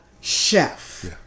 chef